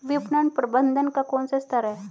विपणन प्रबंधन का कौन सा स्तर है?